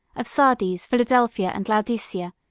of sardes, philadelphia, and laodicea,